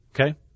Okay